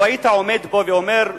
לו היית עומד פה ואומר: